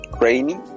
rainy